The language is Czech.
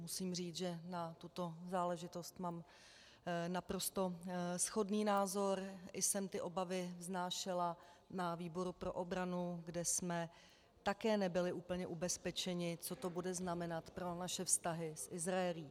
Musím říct, že na tuto záležitost mám naprosto shodný názor, i jsem ty obavy vznášela na výboru pro obranu, kde jsme také nebyli úplně ubezpečeni, co to bude znamenat pro naše vztahy s Izraelem.